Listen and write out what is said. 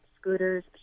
scooters